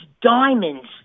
diamonds